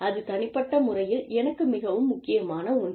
அது தனிப்பட்ட முறையில் எனக்கு மிகவும் முக்கியமான ஒன்று